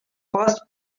first